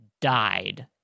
died